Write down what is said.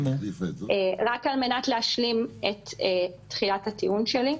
רק על מנת להשלים את תחילת הטיעון שלי,